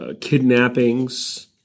kidnappings